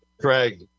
Craig